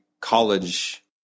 college